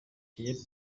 kenya